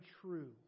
true